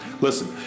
Listen